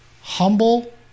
humble